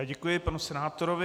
Děkuji panu senátorovi.